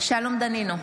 שלום דנינו,